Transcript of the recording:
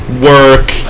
work